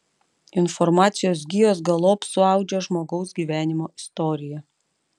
informacijos gijos galop suaudžia žmogaus gyvenimo istoriją